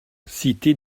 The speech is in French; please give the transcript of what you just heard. cité